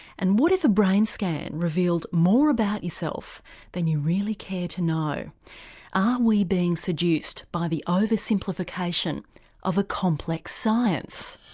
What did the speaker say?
and what if a brain scan revealed more about yourself than you really care to know? are we being seduced by the oversimplification of a complex science?